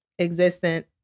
existent